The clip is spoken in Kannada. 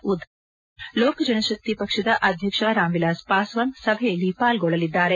ಉದ್ದವ್ ಠಾಕ್ರೆ ಲೋಕಜನಶಕ್ತಿ ಪಕ್ಷದ ಅಧ್ಯಕ್ಷ ರಾಮ್ ವಿಲಾಸ್ ಪಾಸ್ವಾನ್ ಸಭೆಯಲ್ಲಿ ಪಾಲ್ಗೊಳ್ಳಿಲಿದ್ದಾರೆ